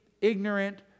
ignorant